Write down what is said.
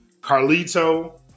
Carlito